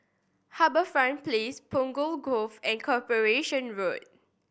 HarbourFront Place Punggol Cove and Corporation Road